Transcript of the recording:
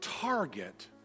target